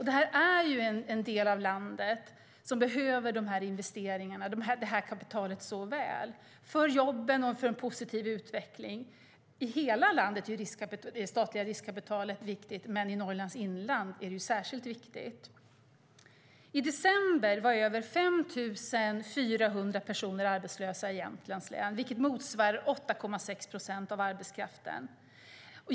Det här är en del av landet som behöver dessa investeringar och detta kapital så väl, för jobben och för en positiv utveckling. Det statliga riskkapitalet är viktigt i hela landet, men i Norrlands inland är det särskilt viktigt. I december var över 5 400 personer arbetslösa i Jämtlands län, vilket motsvarar 8,6 procent av arbetskraften.